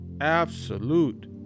absolute